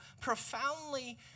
profoundly